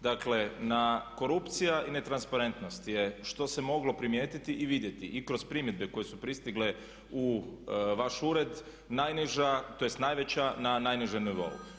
Dakle korupcija i netransparentnost je što se moglo primijetiti i vidjeti i kroz primjedbe koje su pristigle u vaš ured, najniža, tj. najveća na najnižem nivou.